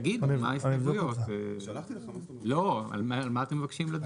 תגיד לי מה ההסתייגויות, על מה אתם מבקשים לדון?